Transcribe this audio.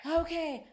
okay